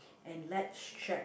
and let's check